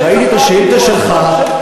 כשראיתי את השאילתה שלך,